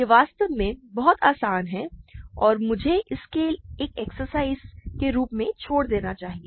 यह वास्तव में बहुत आसान है और मुझे इसे एक एक्सरसाइज के रूप में छोड़ देना चाहिए